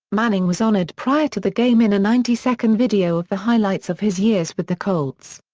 manning was honored prior to the game in a ninety second video of the highlights of his years with the colts.